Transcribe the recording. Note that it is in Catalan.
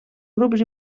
grups